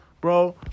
bro